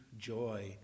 joy